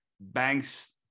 banks